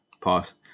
pause